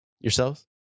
yourselves